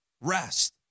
rest